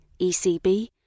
ECB